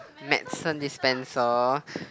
medicine dispenser